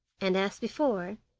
and, as before,